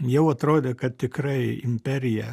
jau atrodė kad tikrai imperija